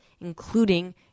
including